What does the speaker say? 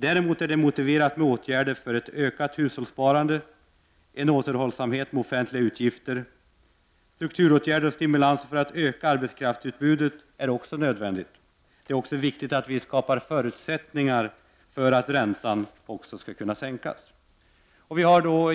Däremot är det motiverat med åtgärder för ett ökat hushållssparande och återhållsamhet med offentliga utgifter. Strukturåtgärder och stimulanser för att öka arbetskraftsutbudet är också nödvändiga. Det är också viktigt att skapa förutsättningar för att räntan så småningom skall kunna sänkas. Under